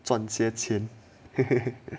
赚钱先